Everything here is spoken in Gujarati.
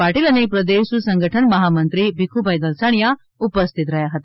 પાટીલ અને પ્રદેશ સંગઠન મહામંત્રીશ્રી ભીખુભાઇ દલસાણીયા ઉપસ્થિત રહ્યા હતા